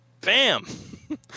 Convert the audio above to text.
Bam